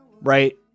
right